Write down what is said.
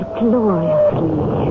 gloriously